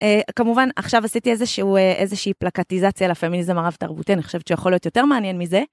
כמובן עכשיו עשיתי איזשהו... איזושהי פלקטיזציה לפמיניזם הרב תרבותי, אני חושבת שיכול להיות יותר מעניין מזה.